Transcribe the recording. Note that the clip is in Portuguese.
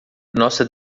nossa